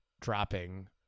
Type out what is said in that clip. dropping